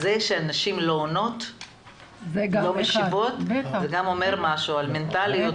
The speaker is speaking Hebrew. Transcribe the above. זה שנשים לא משיבות, זה גם אומר משהו על מנטליות.